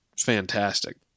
fantastic